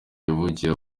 yavukiye